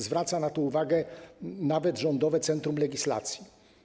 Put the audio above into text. Zwraca na to uwagę nawet Rządowe Centrum Legislacji.